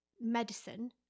medicine